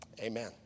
amen